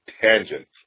tangents